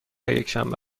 یکشنبه